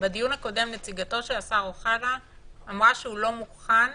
בדיון הקודם נציגתו של השר אוחנה אמרה שהוא לא מוכן